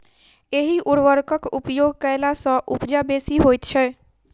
एहि उर्वरकक उपयोग कयला सॅ उपजा बेसी होइत छै